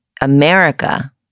America